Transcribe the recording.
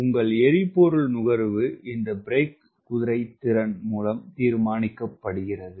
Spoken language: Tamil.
உங்கள் எரிபொருள் நுகர்வு இந்த பிரேக் குதிரைத்திறன் மூலம் தீர்மானிக்கப்படுகிறது